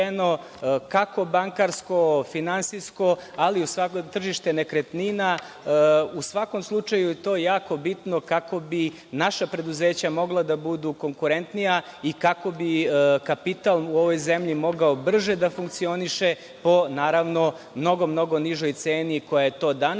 kako bankarsko finansijsko ali i svako tržište nekretnina. U svakom slučaju to je jako bitno kako bi naša preduzeća mogla da budu konkurentnija i kako bi kapital u ovoj zemlji mogao brže da funkcioniše po naravno mnogo, mnogo nižoj ceni koja je to danas,